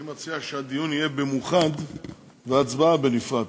אני מציע שהדיון יהיה במאוחד וההצבעה בנפרד,